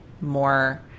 more